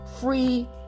free